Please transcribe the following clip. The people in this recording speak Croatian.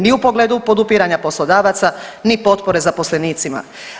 Ni u pogledu podupiranja poslodavaca, ni potpore zaposlenicima.